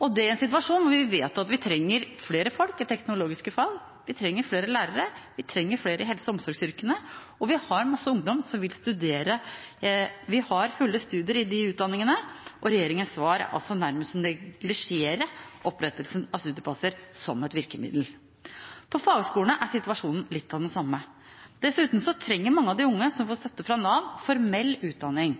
og det i en situasjon hvor vi vet at vi trenger flere folk i teknologiske fag. Vi trenger flere lærere, og vi trenger flere i helse- og omsorgsyrkene. Vi har masse ungdom som vil studere, vi har fulle studier innen disse utdanningene, og regjeringens svar er nærmest å neglisjere opprettelsen av studieplasser som et virkemiddel. På fagskolene er situasjonen litt den samme. Dessuten trenger mange av de unge som får støtte fra Nav, formell utdanning